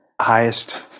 highest